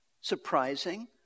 surprising